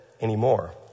anymore